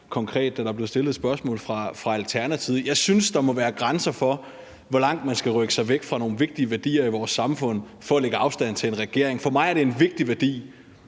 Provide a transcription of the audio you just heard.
konkret, da der blev stillet et spørgsmål fra Alternativet. Jeg synes, der må være grænser for, hvor langt man skal rykke sig væk fra nogle vigtige værdier i vores samfund for at lægge afstand til en regering. For mig er det en vigtig værdi